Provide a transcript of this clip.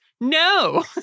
no